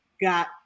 got